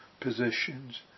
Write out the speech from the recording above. positions